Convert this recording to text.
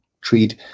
treat